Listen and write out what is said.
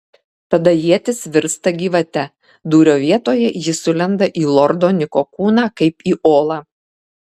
tada ietis virsta gyvate dūrio vietoje ji sulenda į lordo niko kūną kaip į olą